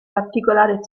particolare